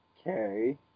Okay